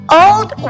old